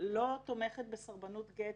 לא תומכת בסרבנות גט